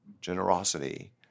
Generosity